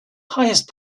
highest